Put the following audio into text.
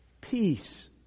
peace